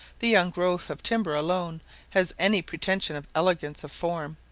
the young growth of timber alone has any pretension of elegance of form,